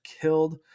killed